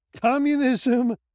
communism